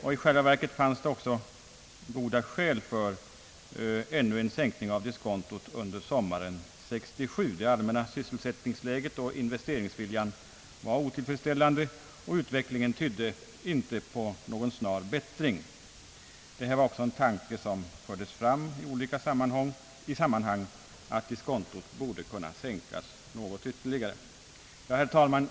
I själva verket fanns det också goda skäl för ännu en sänkning av diskontot under sommaren 1967. Det allmänna sysselsättningsläget och investeringsviljan var otillfredsställande, och utvecklingen tydde inte på någon snar bättring. Från olika håll framfördes i sammanhanget den tanken att diskontot borde kunna sänkas ytterligare. Herr talman!